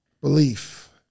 belief